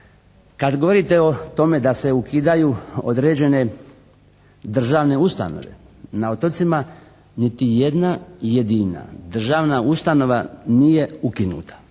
Kad govorite o tome da se ukidaju određene državne ustanove na otocima niti jedna jedina državna ustanova nije ukinuta.